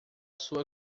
sua